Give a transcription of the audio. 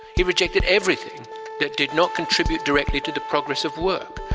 he rejected everything that did not contribute directly to the progress of work.